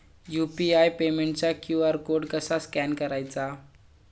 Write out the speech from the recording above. UPI पेमेंटचा QR code कसा scan करायचा?